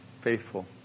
faithful